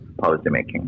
policymaking